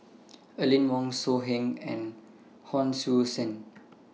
Aline Wong So Heng and Hon Sui Sen